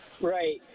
Right